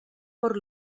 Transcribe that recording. por